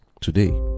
today